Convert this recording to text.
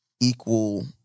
equal